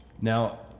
now